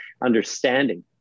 understanding